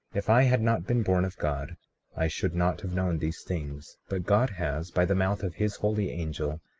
if i had not been born of god i should not have known these things but god has, by the mouth of his holy angel,